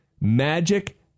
Magic